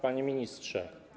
Panie Ministrze!